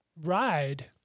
ride